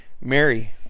Mary